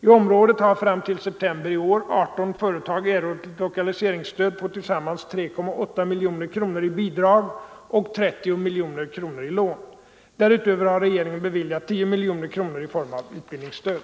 I området har fram till september i år 18 företag erhållit lokaliseringsstöd på tillsammans 3,8 miljoner kronor i bidrag och ca 30 miljoner kronor i lån. Därutöver har regeringen beviljat 10 miljoner kronor i form av utbildningsstöd.